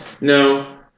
No